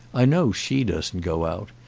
i know she doesn't go out.